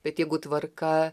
bet jeigu tvarka